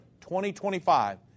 2025